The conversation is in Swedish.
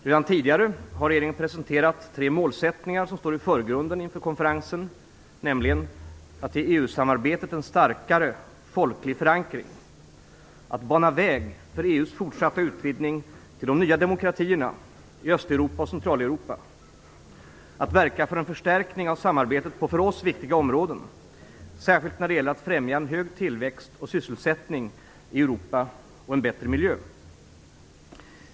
Redan tidigare har regeringen presenterat tre målsättningar som står i förgrunden inför konferensen, nämligen: att bana väg för EU:s fortsatta utvidgning till de nya demokratierna i Östeuropa och Centraleuropa och * att verka för en förstärkning av samarbetet på för oss viktiga områden, särskilt när det gäller att främja en hög tillväxt och sysselsättning i Europa och en bättre miljö.